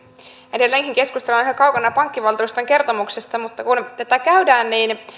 edelleenkin keskustelu on yhä kaukana pankkivaltuuston kertomuksesta mutta kun tätä käydään niin